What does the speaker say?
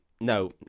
no